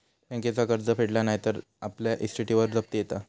बँकेचा कर्ज फेडला नाय तर आपल्या इस्टेटीवर जप्ती येता